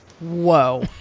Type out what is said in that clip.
whoa